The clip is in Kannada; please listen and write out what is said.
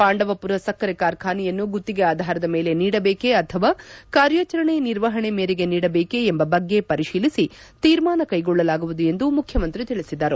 ಪಾಂಡವಪುರ ಸಕ್ಕರೆ ಕಾರ್ಬಾನೆಯನ್ನು ಗುತ್ತಿಗೆ ಆಧಾರದ ಮೇಲೆ ನೀಡಬೇಕೆ ಅಥವಾ ಕಾರ್ಯಾಚರಣೆ ನಿರ್ವಹಣೆ ಮೇರೆಗೆ ನೀಡಬೇಕೆ ಎಂಬ ಬಗ್ಗೆ ಪರಿಶೀಲಿಸಿ ತೀರ್ಮಾನ ಕೈಗೊಳ್ಳಲಾಗುವುದು ಎಂದು ಮುಖ್ಯಮಂತ್ರಿ ತಿಳಿಸಿದರು